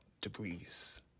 degrees